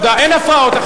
אין הפרעות.